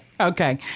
Okay